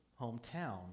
hometown